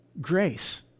grace